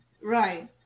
Right